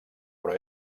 però